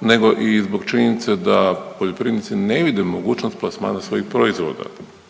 nego i zbog činjenice da poljoprivrednici ne vide mogućnost plasmana svojih proizvoda.